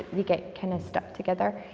they get kind of stuck together,